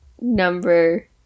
number